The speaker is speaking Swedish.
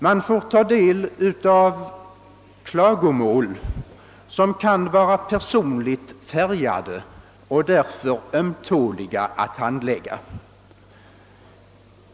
Man får ta del av klagomål som kan vara personligt färgade och därför ömtåliga att handlägga.